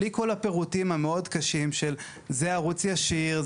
בלי כל הפירוטים המאוד קשים של זה ערוץ ישיר,